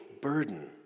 burden